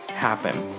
happen